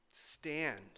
stand